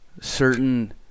certain